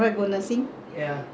come to wait for me somewhere